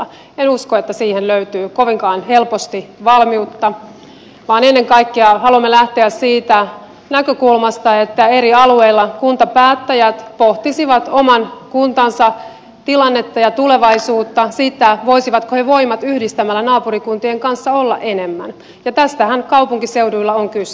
en usko että siihen löytyy kovinkaan helposti valmiutta vaan ennen kaikkea haluamme lähteä siitä näkökulmasta että eri alueilla kuntapäättäjät pohtisivat oman kuntansa tilannetta ja tulevaisuutta sitä voisivatko he voimat yhdistämällä naapurikuntien kanssa olla enemmän ja tästähän kaupunkiseuduilla on kyse